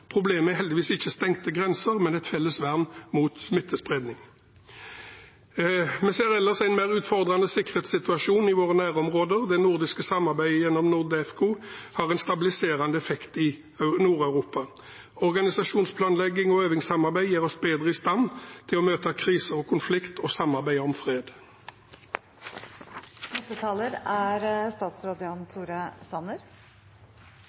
Problemet er heldigvis ikke stengte grenser, det er et felles vern mot smittespredning. Vi ser ellers en mer utfordrende sikkerhetssituasjon i våre nærområder. Det nordiske samarbeidet gjennom NORDEFCO har en stabiliserende effekt i Nord-Europa. Organisasjonsplanlegging og øvingssamarbeid gjør oss bedre i stand til å møte kriser og konflikt og samarbeide om fred. De nordiske landene er